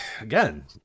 again